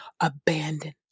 abandoned